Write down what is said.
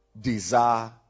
desire